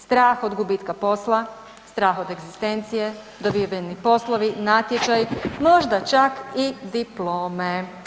Strah od gubitka posla, strah od egzistencije, dobiveni poslovi, natječaji, možda čak i diplome.